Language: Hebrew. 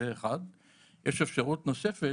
יש אפשרות נוספת,